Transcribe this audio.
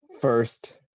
first